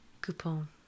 coupon